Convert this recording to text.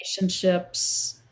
relationships